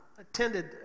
attended